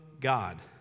God